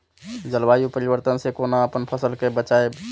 जलवायु परिवर्तन से कोना अपन फसल कै बचायब?